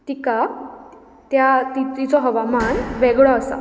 तिका त्या तिचो हवामान वेगळो आसा